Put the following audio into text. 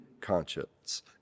conscience